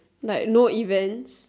like no events